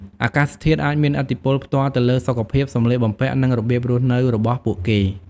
អាកាសធាតុអាចមានឥទ្ធិពលផ្ទាល់ទៅលើសុខភាព សម្លៀកបំពាក់ និងរបៀបរស់នៅរបស់ពួកគេ។